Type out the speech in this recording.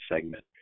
segment